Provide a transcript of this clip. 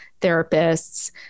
therapists